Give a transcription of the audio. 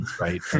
right